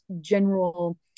general